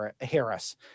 Harris